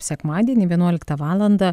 sekmadienį vienuoliktą valandą